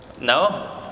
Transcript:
No